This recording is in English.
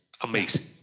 amazing